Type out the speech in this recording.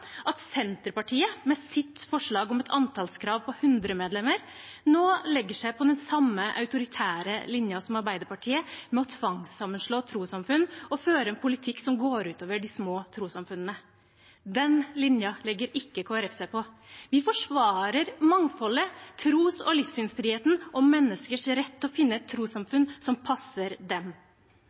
at Senterpartiet med sitt forslag om et antallskrav på 100 medlemmer nå legger seg på den samme autoritære linjen som Arbeiderpartiet, med å tvangssammenslå trossamfunn og føre en politikk som går ut over de små trossamfunnene. Den linjen legger ikke Kristelig Folkeparti seg på. Vi forsvarer mangfoldet, tros- og livssynsfriheten og menneskers rett til å finne et trossamfunn som passer dem.